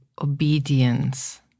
obedience